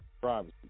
Privacy